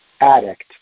addict